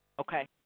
Okay